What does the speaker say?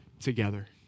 together